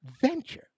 venture